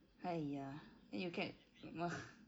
!haiya! then you ca~ mah